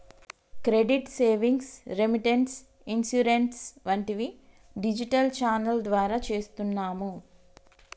credit savings, remittance, insurance వంటివి digital channel ద్వారా చేస్తున్నాము